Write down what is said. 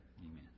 Amen